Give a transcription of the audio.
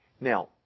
Now